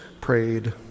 prayed